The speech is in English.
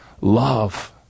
love